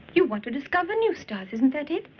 you want to discover new stars, isn't that it?